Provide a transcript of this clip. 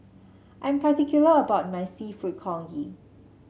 I'm particular about my seafood Congee